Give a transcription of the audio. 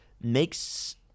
makes